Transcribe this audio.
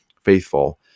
faithful